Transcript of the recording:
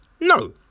No